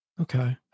okay